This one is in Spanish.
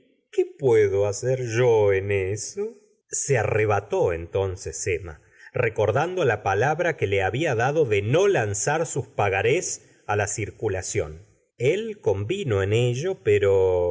qué puedo hacer yo en eso se arrebató entonces emma recordando la palabra que le había dado de no lanzar sus pagarés á la circulación el convino en ello pero